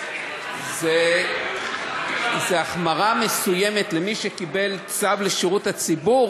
זו החמרה מסוימת למי שקיבל צו לשירות הציבור,